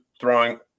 throwing